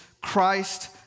Christ